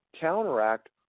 counteract